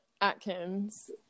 atkins